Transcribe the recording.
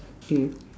okay